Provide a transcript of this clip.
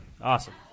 Awesome